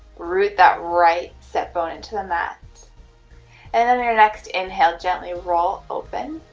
root that right set, bone into the mat and then your next inhale gently roll open